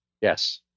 Yes